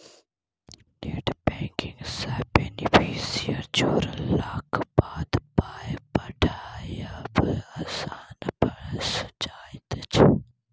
net banking सँ beneficiary जोड़लाक बाद पाय पठायब आसान भऽ जाइत छै